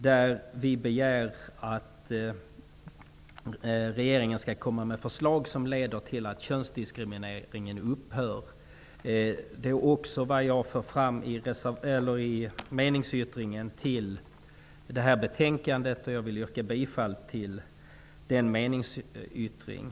Där begär vi att regeringen skall komma med förslag som leder till att könsdiskrimineringen upphör. Det är också vad jag för fram i meningsyttringen till det här betänkandet. Jag vill yrka bifall till den meningsyttringen.